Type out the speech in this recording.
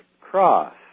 cross